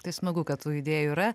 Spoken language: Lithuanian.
tai smagu kad tų idėjų yra